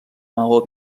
maó